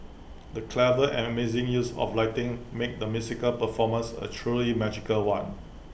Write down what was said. the clever and amazing use of lighting made the musical performance A truly magical one